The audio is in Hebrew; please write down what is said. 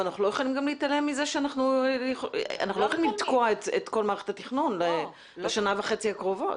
אבל אנחנו לא יכולים לתקוע את כל מערכת התכנון לשנה וחצי הקרובות.